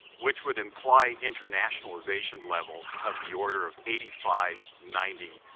which would imply internationalization levels of the order of eighty five, ninety,